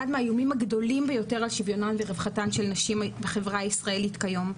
אחד מהאיומים הגדולים על שוויונן ורווחתן של נשים בחברה הישראלית כיום.